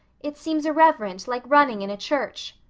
it seems irreverent, like running in a church.